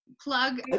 Plug